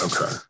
Okay